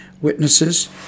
witnesses